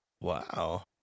Wow